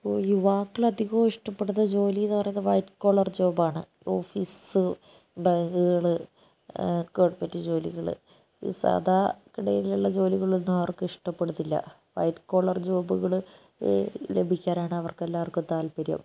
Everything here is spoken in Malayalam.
ഇപ്പൊൾ യുവാക്കൾ അധികവും ഇഷ്ടപ്പെടുന്ന ജോലി എന്ന് പറയുന്നത് വൈറ്റ് കോളർ ജോബ് ആണ് ഓഫീസ് ബാങ്കുകള് ഗവൺമെൻറ് ജോലികള് ഈ സാധാ ഡെയിലിയുള്ള ജോലികൾ ഒന്നും അവർക്ക് ഇഷ്ടപ്പെടുന്നില്ല വൈറ്റ് കോളർ ജോബുകള് ല ലഭിക്കാനാണ് അവർക്കെല്ലാവർക്കും താല്പര്യം